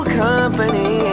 company